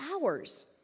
hours